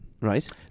right